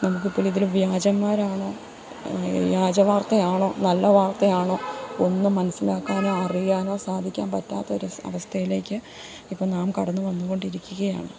നമുക്ക് ഇപ്പം ഇതിൽ വ്യാജന്മാരാണോ വ്യാജ വാർത്തയാണോ നല്ല വാർത്തയാണോ ഒന്നും മനസ്സിലാക്കാനോ അറിയാനോ സാധിക്കാൻ പറ്റാത്ത ഒരു അവസ്ഥയിലേക്ക് ഇപ്പം നാം കടന്ന് വന്നു കൊണ്ടിരിക്കുകയാണ്